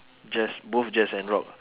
jazz both jazz and rock